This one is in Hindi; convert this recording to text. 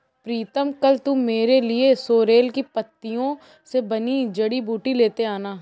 प्रीतम कल तू मेरे लिए सोरेल की पत्तियों से बनी जड़ी बूटी लेते आना